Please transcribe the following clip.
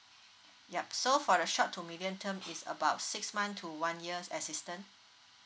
yup so for the short to medium term is about six month to one year's assistance